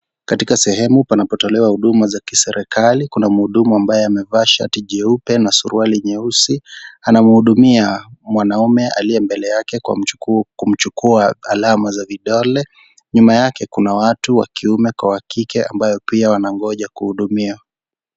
Katika sehemu panapotolewa huduma za kiserikali. Kuna muhudumu ambaye amevaa shati jeupe na suruali nyeusi. Anamhudumia mwanamme aliye mbele yake kwa kumchukua alama za vidole. Nyuma yake kuna watu wa kiume kwa wa kike ambayo pia anangoja kuhudumia.